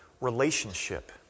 Relationship